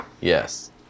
Yes